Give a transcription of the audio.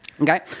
Okay